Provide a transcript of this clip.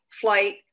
flight